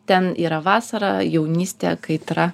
ten yra vasara jaunystė kaitra